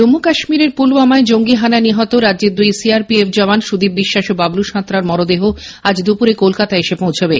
জম্মু কাশ্মীরের পুলওয়ামায় জঙ্গি হানায় নিহত রাজ্যের দুই সিআরপিএফ জওয়ান সুদীপ বিশ্বাস ও বাবলু সাঁতরার মরদেহ আজ দুপুরে কলকাতায় এসে পৌঁছবে